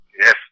Yes